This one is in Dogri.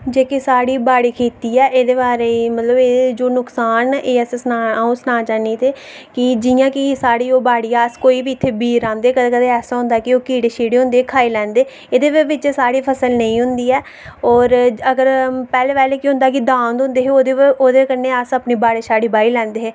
जेह्की साढ़ी बाड़ी खेत्ती ऐ एह्दे बारे च जेह्ड़े नुक्सान न ओह् अऊं समाना चाह्न्नी आं कि बाड़ी अस जो बी बीऽ रांह्दे ऐसा होंदा कि कीड़े शीड़े होंदे ओह् खाई लैंदे एह्दे बजह् बिच्च साढ़ी फसल नेईं होदी ऐ ते पैह्लें पैह्लें केह् होंदा हा कि दांद होंदे हे उंदे कन्नै अस अपनी बाड़ी बाही लैंदे हे